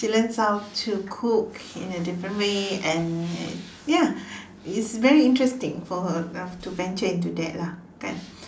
she learns how to learn how to cook in a different way and ya it's very interesting for her to venture into that lah kan